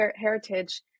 heritage